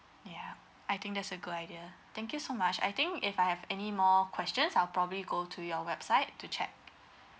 ya I think that's a good idea thank you so much I think if I have anymore questions I'll probably go to your website to check